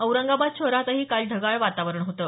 औरंगाबाद शहरातही काल ढगाळ वातावरण होतं